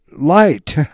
Light